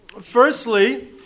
Firstly